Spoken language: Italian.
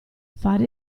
fare